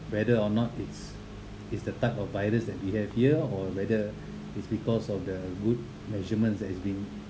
whether or not it's is the type of virus that we have here or whether it's because of the good measurements that has been